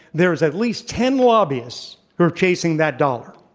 there is at least ten lobbyists who are chasing that dollar.